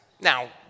Now